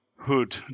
hood